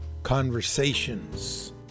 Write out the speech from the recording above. Conversations